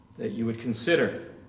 that you would consider